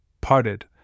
parted